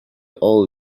all